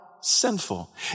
sinful